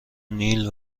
نیل